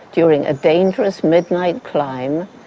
during a dangerous midnight climb,